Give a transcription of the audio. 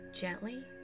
gently